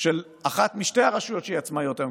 של אחת משתי הרשויות שהיא עצמאית היום,